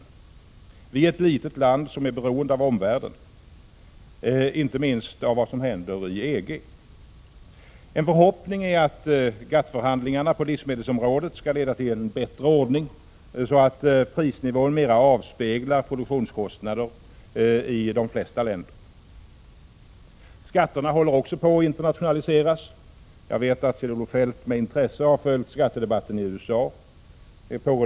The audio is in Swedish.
Sverige är ett litet land som är beroende av omvärlden, inte minst av vad som händer i EG. En förhoppning är att GATT-förhandlingarna på livsmedelsområdet skall leda till en bättre ordning, så att prisnivån mera avspeglar produktionskostnaderna i de flesta länder. Skatterna håller också på att internationaliseras. Jag vet att Kjell-Olof Feldt med intresse har följt skattedebatten i USA.